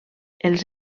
els